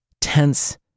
tense